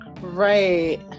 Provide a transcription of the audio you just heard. Right